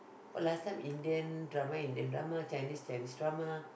or last time Indian drama Indian drama Chinese Chinese drama